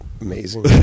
amazing